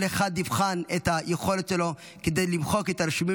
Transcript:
כל אחד יבחן את היכולת שלו כדי למחוק את הרישומים